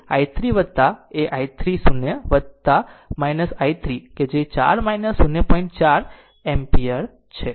તેથી જો તેથી i 3 એ i 30 i 3 જે 4 0 4 એમ્પીયર છે